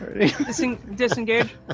Disengage